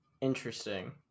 Interesting